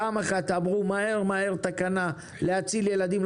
פעם אחת אמרו: מהר מהר תאשרו תקנה כדי להציל ילדים,